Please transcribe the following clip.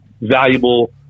valuable